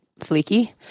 fleeky